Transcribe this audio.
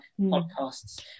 podcasts